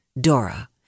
Dora